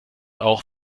auch